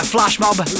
Flashmob